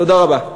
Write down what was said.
תודה רבה.